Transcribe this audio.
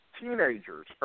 teenagers